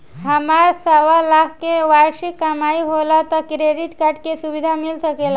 हमार सवालाख के वार्षिक कमाई होला त क्रेडिट कार्ड के सुविधा मिल सकेला का?